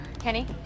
Kenny